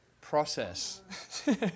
process